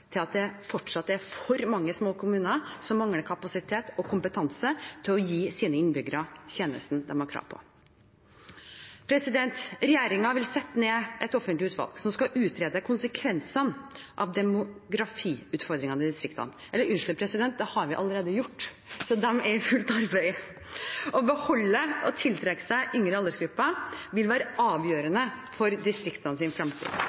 til at det fortsatt er for mange små kommuner som mangler kapasitet og kompetanse til å gi sine innbyggere tjenestene de har krav på. Regjeringen vil sette ned et offentlig utvalg som skal utrede konsekvensene av demografiutfordringene i distriktene – unnskyld, det har vi allerede gjort, så de er i fullt arbeid. Å beholde og tiltrekke seg yngre aldersgrupper vil være